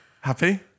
Happy